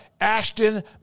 Ashton